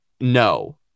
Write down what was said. no